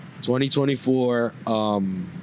2024